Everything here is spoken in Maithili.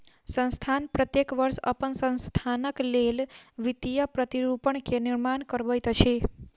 संस्थान प्रत्येक वर्ष अपन संस्थानक लेल वित्तीय प्रतिरूपण के निर्माण करबैत अछि